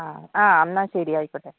ആ എന്നാൽ ശരി ആയിക്കോട്ടെ